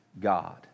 God